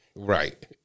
Right